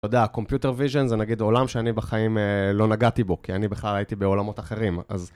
אתה יודע, ה-computer vision זה נגיד עולם שאני בחיים לא נגעתי בו, כי אני בכלל הייתי בעולמות אחרים, אז...